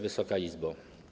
Wysoka Izbo!